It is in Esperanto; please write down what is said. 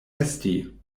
esti